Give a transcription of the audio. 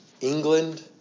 England